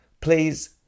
please